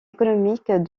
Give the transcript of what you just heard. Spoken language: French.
économiques